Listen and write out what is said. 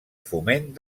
foment